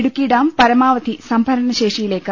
ഇടുക്കിഡാം പരമാവധി സംഭരണശേഷിയിലേക്ക്